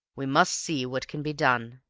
we must see what can be done.